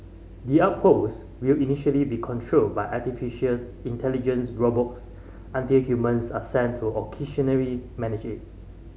the outpost will initially be controlled by artificial intelligence robots until humans are sent to occasionally manage it